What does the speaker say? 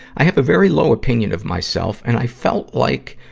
i have a very low opinion of myself, and i felt like,